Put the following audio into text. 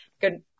Good